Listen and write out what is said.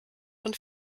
von